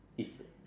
it's